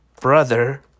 brother